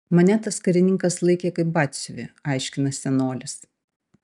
mane tas karininkas laikė kaip batsiuvį aiškina senolis